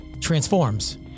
transforms